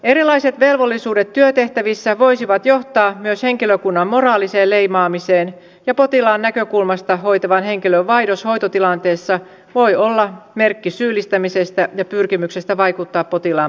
erilaiset velvollisuudet työtehtävissä voisivat johtaa myös henkilökunnan moraaliseen leimaamiseen ja potilaan näkökulmasta hoitavan henkilön vaihdos hoitotilanteessa voi olla merkki syyllistämisestä ja pyrkimyksestä vaikuttaa potilaan päätökseen